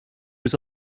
was